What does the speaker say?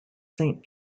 saint